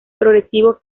progresivo